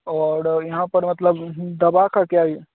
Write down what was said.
और यहाँ पर मतलब दवा का क्या ये